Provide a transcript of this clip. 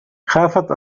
خافت